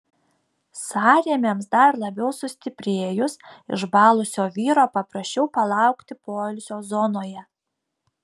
sąrėmiams dar labiau sustiprėjus išbalusio vyro paprašiau palaukti poilsio zonoje